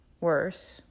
Worse